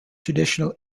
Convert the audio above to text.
traditional